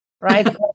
right